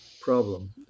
problem